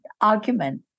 argument